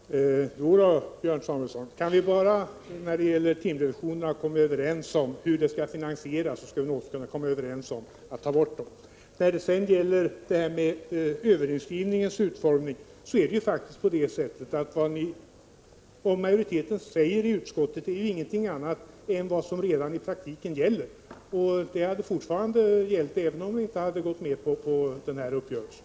Herr talman! Jodå, Björn Samuelson, kan vi bara när det gäller timreduktionerna komma överens om hur det skall finansieras skall vi nog kunna enas om att ta bort dem. När det sedan gäller överinskrivningens utformning är det faktiskt på det sättet att vad majoriteten säger i utskottet inte är någonting annat än vad som redan gäller i praktiken, och det hade fortfarande gällt, även om vi inte hade gått med på uppgörelsen.